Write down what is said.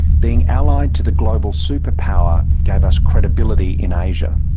being allied to the global superpower gave us credibility in asia.